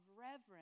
reverence